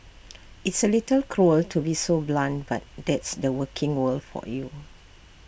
it's A little cruel to be so blunt but that's the working world for you